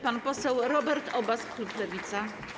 Pan poseł Robert Obaz, klub Lewica.